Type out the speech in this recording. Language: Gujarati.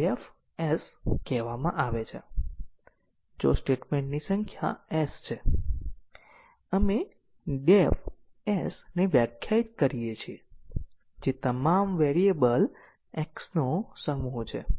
જાણીએ છીએ કે પ્રોગ્રામમાં કેટલા માર્ગો જોઈએ છે જો McCabeનું મેટ્રિક 10 નું 10 મૂલ્યાંકન કરે તો અમે વધુમાં વધુ 10 લીનીયર ઈન્ડીપેન્ડન્ટ માર્ગો શોધીશું